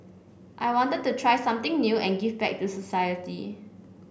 I wanted to try something new and give back to society